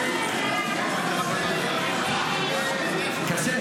אני מקבל את הטיעון הזה כך,